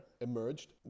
emerged